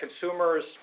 consumers